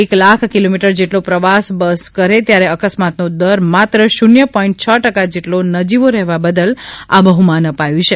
એક લાખ કિલોમીટર જેટલો પ્રવાસ બસ કરે ત્યારે અકસ્માત નો દર માત્ર શૂન્ય પોઈન્ટ છ ટકા જેટલો નજીવો રહેવા બદલ આ બહ્માન અપાયું છે